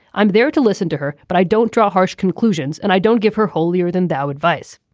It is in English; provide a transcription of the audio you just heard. i'm there to listen to her but i don't draw harsh conclusions and i don't give her holier than thou advice.